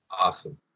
Awesome